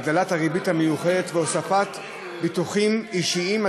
7) (הגדלת הריבית המיוחדת והוספת ביטוחים אישיים),